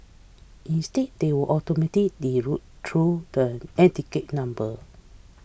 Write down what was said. instead they will automatically route through the number